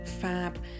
fab